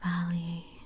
valley